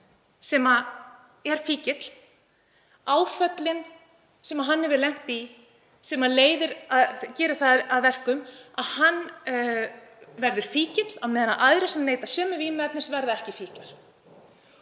sem er fíkill, áföllin sem hann hefur lent í, sem gerir það að verkum að hann verður fíkill, á meðan aðrir sem neyta sama vímuefnis verða ekki fíklar.